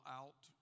out